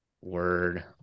word